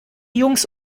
jungs